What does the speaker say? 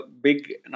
big